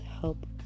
help